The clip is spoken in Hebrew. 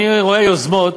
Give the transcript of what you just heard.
אני רואה יוזמות,